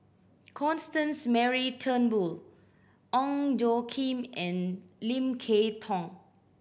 Constance Mary Turnbull Ong Tjoe Kim and Lim Kay Tong